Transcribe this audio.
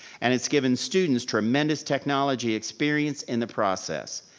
and it's given students tremendous technology experience in the process.